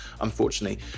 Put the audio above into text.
unfortunately